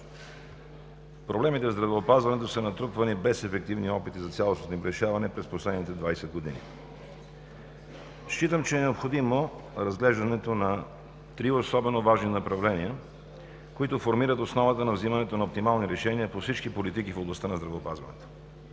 Проблемите в здравеопазването са натрупвани без ефективни опити за цялостното им решаване през последните 20 години. Считам, че е необходимо разглеждането на три особено важни направления, които формират основата на вземането на оптимални решения по всички политики в областта на здравеопазването.